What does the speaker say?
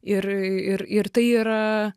ir ir ir tai yra